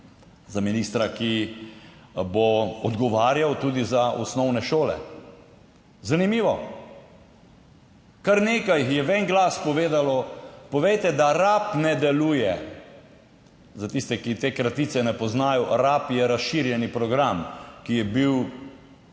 za ministra, ki bo odgovarjal tudi za osnovne šole. Zanimivo, kar nekaj jih je v en glas povedalo, povejte, da RAB ne deluje za tiste, ki te kratice ne poznajo, RAB je razširjeni program, ki je bil